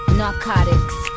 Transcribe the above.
narcotics